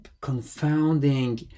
confounding